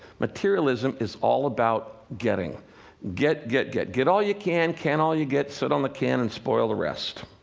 materialism is all about getting get, get, get, get all you can, can all you get, sit on the can and spoil the rest.